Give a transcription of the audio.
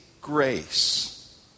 grace